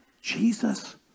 Jesus